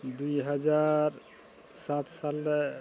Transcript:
ᱫᱩᱭ ᱦᱟᱡᱟᱨ ᱥᱟᱛ ᱥᱟᱞ ᱨᱮ